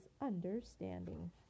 understanding